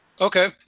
Okay